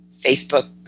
Facebook